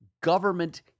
Government